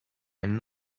and